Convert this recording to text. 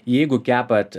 jeigu kepat